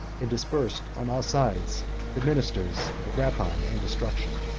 and dispersed on all sides the ministers of rapine and destruction.